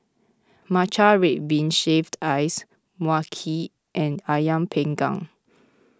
Matcha Red Bean Shaved Ice Mui Kee and Ayam Panggang